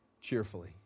cheerfully